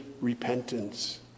repentance